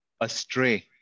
astray